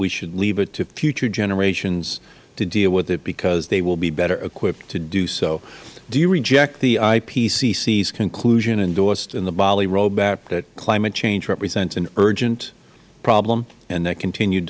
we should leave it to future generations to deal with it because they will be better equipped to do so do you reject the ipcc's conclusion endorsed in the bali roadmap that climate change represents an urgent problem and that continued